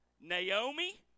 Naomi